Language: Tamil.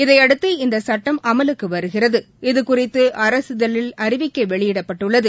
இதையடுத்து இந்தச் சட்டம் அமலுக்கு வருகிறது இதுகுறித்து அரசிதழில் அறிவிக்கை வெளியிடப்பட்டுள்ளது